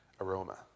aroma